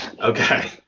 Okay